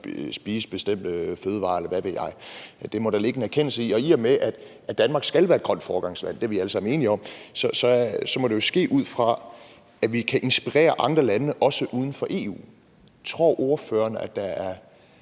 spise bestemte fødevarer, eller hvad ved jeg. Det må der ligge en erkendelse i. I og med at Danmark skal være et grønt foregangsland – det er vi alle sammen enige om – må det jo ske ud fra, at vi kan inspirere andre lande, også uden for EU. Tror ordføreren, at der er